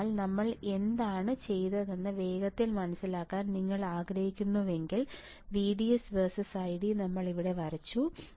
അതിനാൽ നമ്മൾ എന്താണ് ചെയ്തതെന്ന് വേഗത്തിൽ മനസിലാക്കാൻ നിങ്ങൾ ആഗ്രഹിക്കുന്നുവെങ്കിൽ VDS വേഴ്സസ് ID നമ്മൾ ഇവിടെ വരച്ചു